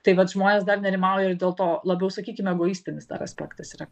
tai vat žmonės dar nerimauja ir dėl to labiau sakykim egoistinis dar aspektas yra